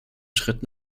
schritt